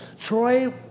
Troy